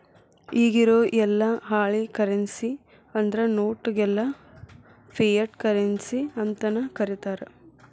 ಇಗಿರೊ ಯೆಲ್ಲಾ ಹಾಳಿ ಕರೆನ್ಸಿ ಅಂದ್ರ ನೋಟ್ ಗೆಲ್ಲಾ ಫಿಯಟ್ ಕರೆನ್ಸಿ ಅಂತನ ಕರೇತಾರ